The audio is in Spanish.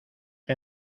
que